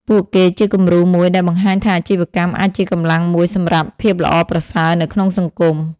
ពួកគេជាគំរូមួយដែលបង្ហាញថាអាជីវកម្មអាចជាកម្លាំងមួយសម្រាប់ភាពល្អប្រសើរនៅក្នុងសង្គម ។